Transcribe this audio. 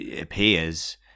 appears